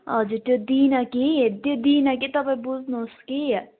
हजुर त्यो दिइनँ कि त्यो दिइनँ कि तपाईँ बुझ्नुहोस् कि